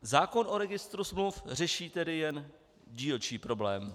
Zákon o registru smluv řeší tedy jen dílčí problém.